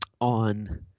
on